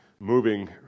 moving